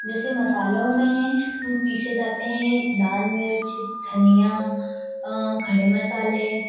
जैसे मसालों में पिसे जाते है लाल मिर्च धनिया खड़े मसाले